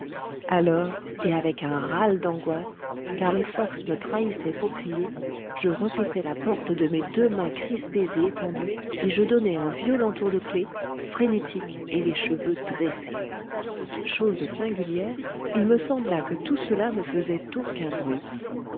alors et avec un râle d'angoisse car les forces me trahissaient pour crier je repoussai la porte de mes deux mains crispées et étendues et je donnai un violent tour de clef frénétique et les cheveux dressés chose singulière il me sembla que tout cela ne faisait aucun bruit